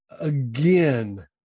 Again